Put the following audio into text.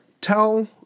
tell